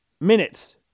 minutes